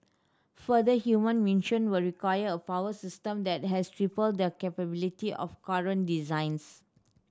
futher human mission will require a power system that has triple the capability of current designs